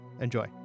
enjoy